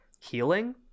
healing